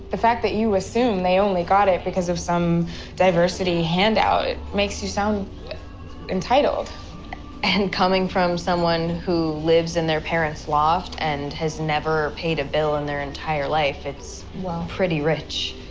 the fact that you assume they only got it because of some diversity handout, it makes you sound entitled and coming from someone who lives in their parents' loft and has never paid a bill in their entire life, it's pretty rich